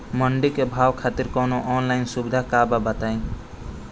मंडी के भाव खातिर कवनो ऑनलाइन सुविधा बा का बताई?